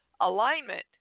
alignment